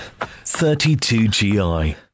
32GI